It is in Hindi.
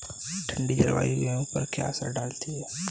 ठंडी जलवायु गेहूँ पर क्या असर डालती है?